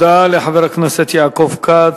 תודה לחבר הכנסת יעקב כץ.